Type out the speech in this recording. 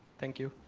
thank you,